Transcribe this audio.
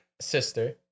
Sister